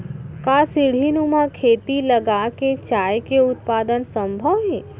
का सीढ़ीनुमा खेती लगा के चाय के उत्पादन सम्भव हे?